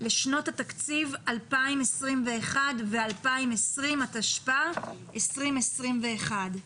לשנות התקציב 2021 ו-2022, התשפ"א-2021.